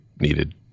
needed